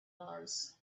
mars